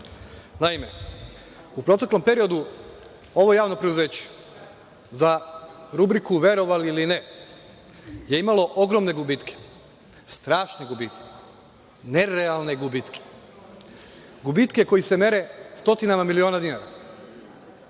u proteklom periodu ovo javno preduzeće za rubriku – verovali ili ne, je imalo ogromne gubitke, strašne gubitke, nerealne gubitke, koji se mere stotinama miliona dinara.